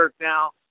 now